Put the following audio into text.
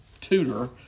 tutor